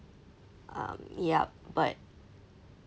um yup but